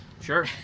Sure